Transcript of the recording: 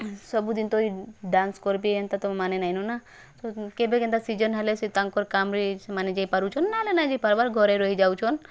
ସବୁ ଦିନେ ତ ଡ଼୍ୟାନ୍ସ କରି ପେଇଁ ହନ୍ତା ତ ମାନେ ନାଇଁନୁ ନା କେବେ କେନ୍ତା ସିଜିନ୍ ହେଲେ ତାଙ୍କ କାମ୍ରେ ସେମାନେ ଯାଇ ପାରୁଛନ୍ ନା ହେଲେ ନା ଯାଇ ପାର୍ବାର୍ ଘରେ ରହି ଯାଉଛନ୍